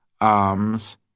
arms